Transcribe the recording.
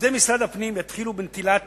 עובדי משרד הפנים יתחילו בנטילת